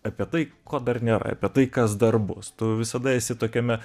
apie tai ko dar nėra apie tai kas dar bus tu visada esi tokiame